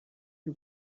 who